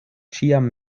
ĉiam